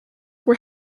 were